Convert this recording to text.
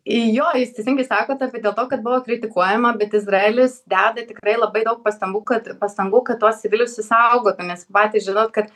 jo jūs teisingai sakot apie dėl to kad buvo kritikuojama bet izraelis deda tikrai labai daug pastangų kad pastangų kad tuos civilius išsaugotų nes patys žinot kad